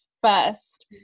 first